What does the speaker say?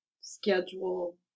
schedule